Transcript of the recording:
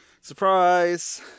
surprise